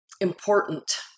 important